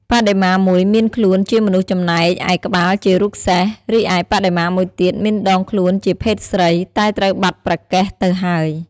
បដិមាមួយមានខ្លួនជាមនុស្សចំណែកឯក្បាលជារូបសេះ រីឯបដិមាមួយទៀតមានដងខ្លួនជាភេទស្រី តែត្រូវបាត់ព្រះកេសទៅហើយ។